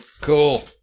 Cool